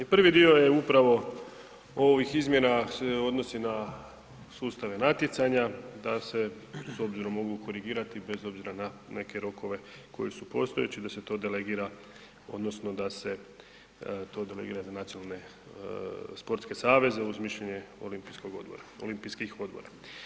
I prvi dio je upravo ovih izmjena se odnosi na sustave natjecanja da se s obzirom mogu korigirati bez obzira na neke rokove koji su postojeći da se to delegira odnosno da se to delegira na Nacionalne sportske saveze uz mišljenje Olimpijskog odbora, Olimpijskih odbora.